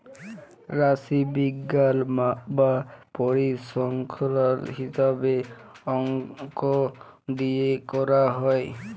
রাশিবিজ্ঞাল বা পরিসংখ্যাল হিছাবে অংক দিয়ে ক্যরা হ্যয়